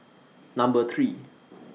Number three